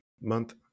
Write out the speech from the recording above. month